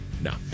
no